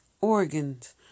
Organs